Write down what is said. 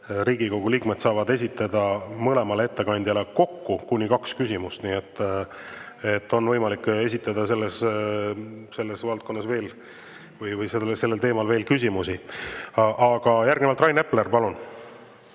Riigikogu liikmed saavad esitada mõlemale ettekandjale kokku kuni kaks küsimust, nii et on võimalik esitada selles valdkonnas või sellel teemal veel küsimusi. Aga järgnevalt Rain Epler, palun!